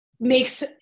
makes